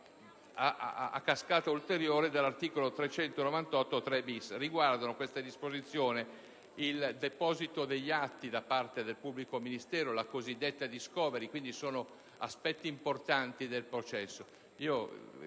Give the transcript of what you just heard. richiamato dall'articolo 398, comma 3-*bis*. Riguarda questa disposizione il deposito degli atti da parte del pubblico ministero, la cosiddetta *discovery*, quindi sono aspetti importanti del processo.